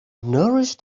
nourish